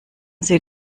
sie